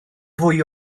fwy